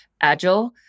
Agile